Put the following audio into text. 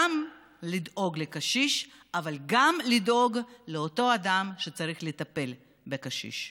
וגם לדאוג לקשיש אבל גם לדאוג לאותו אדם שצריך לטפל בקשיש.